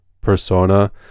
persona